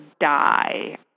die